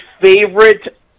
favorite